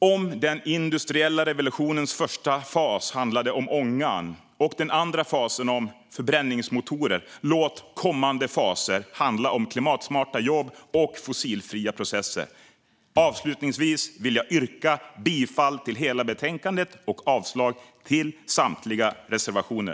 Om den industriella revolutionens första fas handlade om ångan och den andra fasen om förbränningsmotorer, låt kommande faser handla om klimatsmarta jobb och fossilfria processer! Avslutningsvis vill jag yrka bifall till utskottets förslag i betänkandet i dess helhet och avslag på samtliga reservationer.